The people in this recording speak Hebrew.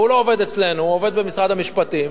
הוא לא עובד אצלנו, הוא עובד במשרד המשפטים.